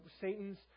Satan's